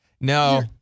No